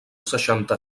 seixanta